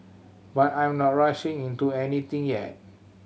but I'm not rushing into anything yet